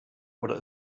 oder